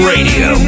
Radio